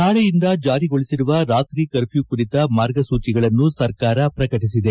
ನಾಳೆಯಿಂದ ಜಾರಿಗೊಳಿಸಿರುವ ರಾತ್ರಿ ಕರ್ಮ್ಯೂ ಕುರಿತ ಮಾರ್ಗಸೂಚಿಗಳನ್ನು ಸರ್ಕಾರ ಪ್ರಕಟಿಸಿದೆ